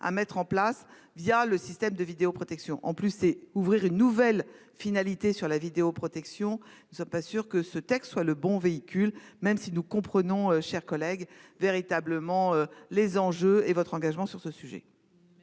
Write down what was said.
à mettre en place via le système de vidéoprotection. En plus, c'est ouvrir une nouvelle finalité sur la vidéoprotection. Ça, pas sûr que ce texte soit le bon véhicule, même si nous comprenons chers collègues véritablement les enjeux et votre engagement sur ce sujet.